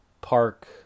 Park